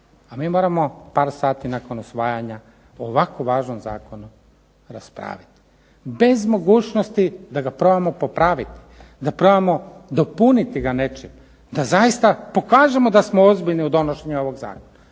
a mi moramo par sati nakon usvajanja o ovako važnom zakonu raspraviti bez mogućnosti da ga probamo popraviti, da probamo dopuniti ga nečim, da zaista pokažemo da smo ozbiljni u donošenju ovog zakona,